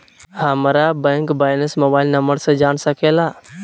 हमारा bank balance mobile number से जान सके ला?